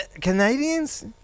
Canadians